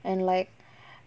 and like